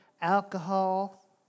alcohol